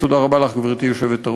תודה רבה לך, גברתי היושבת-ראש.